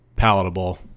Palatable